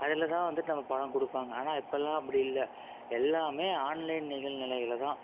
அதில் தான் வந்துட்டு நம்ம படம் கொடுப்பாங்க ஆனால் இப்போல்லாம் அப்படி இல்லை எல்லாம் ஆன்லைன் நிகழ்நிலைகள தான்